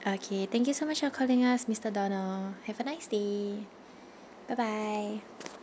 okay thank you so much for calling us mister donald have a nice day bye bye